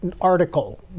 article